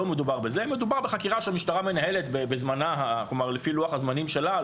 מדובר בחקירה שהמשטרה מנהלת לפי לוח הזמנים שלה,